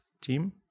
team